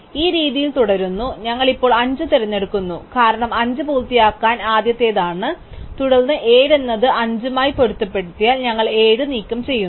അതിനാൽ ഈ രീതിയിൽ തുടരുന്നു ഞങ്ങൾ ഇപ്പോൾ 5 തിരഞ്ഞെടുക്കുന്നു കാരണം 5 പൂർത്തിയാക്കാൻ ആദ്യത്തേതാണ് തുടർന്ന് 7 എന്നത് 5 മായി പൊരുത്തപ്പെടുന്നതിനാൽ ഞങ്ങൾ 7 നീക്കംചെയ്യുന്നു